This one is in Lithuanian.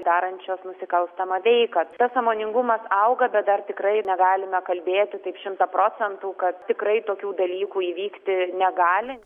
darančios nusikalstamą veiką tas sąmoningumas auga bet dar tikrai negalime kalbėti taip šimta procentų kad tikrai tokių dalykų įvykti negali